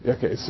Okay